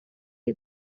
you